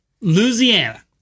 Louisiana